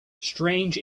strange